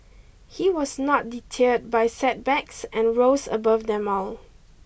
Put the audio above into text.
he was not deterred by setbacks and rose above them all